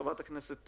חברת הכנסת